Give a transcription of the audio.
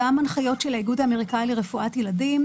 גם הנחיות של האיגוד האמריקאי לרפואת ילדים